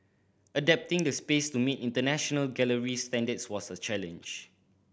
adapting the space to meet international gallery standards was a challenge